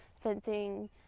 fencing